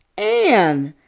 anne,